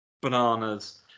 bananas